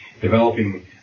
developing